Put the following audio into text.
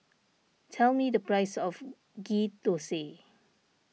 tell me the price of Ghee Thosai